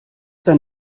dann